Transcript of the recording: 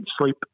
sleep